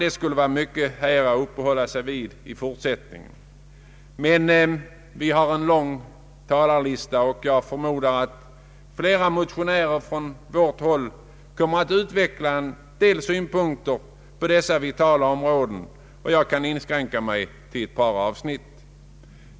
Det finns mycket att uppehålla sig vid, men vi har en lång talarlista, och då jag förmodar att motionärer från vårt håll kommer att utveckla en del synpunkter på dessa vitala områden kan jag inskränka mig till ett par avsnitt.